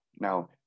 Now